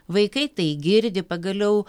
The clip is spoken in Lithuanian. vaikai tai girdi pagaliau